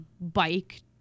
bike